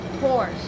force